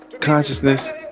consciousness